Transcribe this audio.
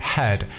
Head